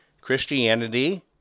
Christianity